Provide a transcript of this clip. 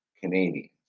Canadians